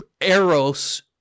Eros